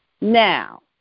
now